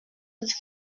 êtes